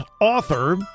author